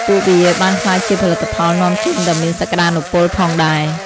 ពួកវាបានក្លាយជាផលិតផលនាំចេញដ៏មានសក្តានុពលផងដែរ។